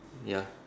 ya